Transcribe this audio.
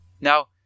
Now